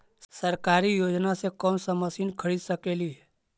सरकारी योजना से कोन सा मशीन खरीद सकेली?